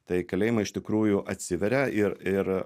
tai kalėjimai iš tikrųjų atsiveria ir ir